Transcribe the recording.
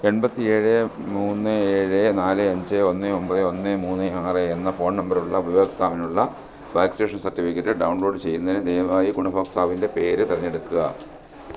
എൺമ്പത്തി ഏഴ് മൂന്ന് ഏഴ് നാല് അഞ്ച് ഒന്ന് ഒമ്പത് ഒന്ന് മൂന്ന് ആറ് എന്ന ഫോൺ നമ്പർ ഉള്ള ഉപയോക്താവിനുള്ള വാക്സിനേഷൻ സർട്ടിഫിക്കറ്റ് ഡൗൺലോഡ് ചെയ്യുന്നതിന് ദയവായി ഗുണഭോക്താവിൻ്റെ പേര് തിരഞ്ഞെടുക്കുക